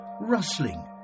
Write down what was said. rustling